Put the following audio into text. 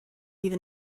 iddyn